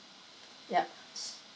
yup